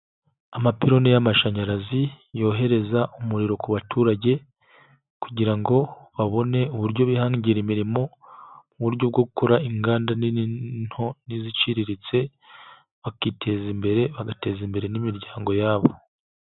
Amapiloni y'amashanyarazi yohereza umuriro ku baturage kugira ngo babone uburyo bihangira imirimo mu buryo bwo gukora inganda nini n'into n'iziciriritse bakiteza imbere, bagateza imbere n'imiryango yabo.